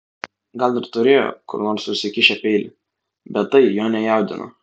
gal ir turėjo kur nors užsikišę peilį bet tai jo nejaudino